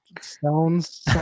stones